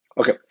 okay